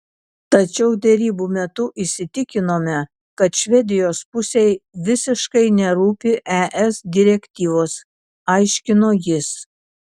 tačiau derybų metu įsitikinome kad švedijos pusei visiškai nerūpi es direktyvos aiškino jis